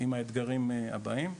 עם האתגרים הבאים.